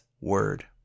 word